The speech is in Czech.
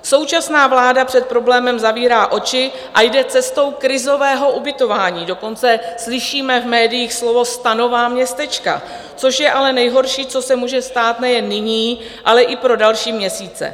Současná vláda před problémem zavírá oči a jde cestou krizového ubytování, dokonce slyšíme v médiích slovo stanová městečka, což je ale nejhorší, co se může stát nejen nyní, ale i pro další měsíce.